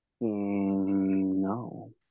No